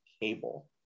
cable